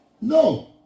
No